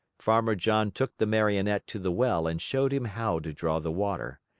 farmer john took the marionette to the well and showed him how to draw the water.